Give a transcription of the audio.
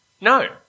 No